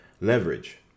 Leverage